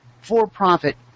for-profit